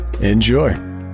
enjoy